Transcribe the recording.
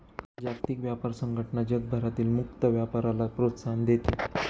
जागतिक व्यापार संघटना जगभरातील मुक्त व्यापाराला प्रोत्साहन देते